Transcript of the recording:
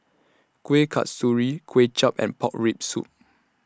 Kuih Kasturi Kway Chap and Pork Rib Soup